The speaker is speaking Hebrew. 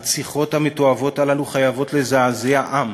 הרציחות המתועבות הללו חייבות לזעזע עם